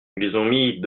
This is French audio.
mis